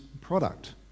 product